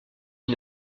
ils